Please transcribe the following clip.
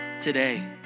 today